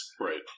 Right